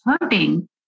hurting